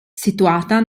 situata